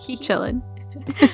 chilling